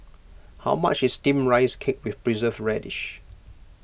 how much is Steamed Rice Cake with Preserved Radish